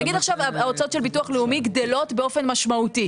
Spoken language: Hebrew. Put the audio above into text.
נגיד עכשיו ההוצאות של ביטוח לאומי גדלות באופן משמעותי,